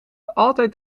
altijd